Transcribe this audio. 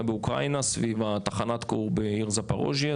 באוקראינה סביב תחנת הכור בעיר זפוריז'יה,